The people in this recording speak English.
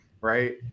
right